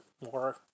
more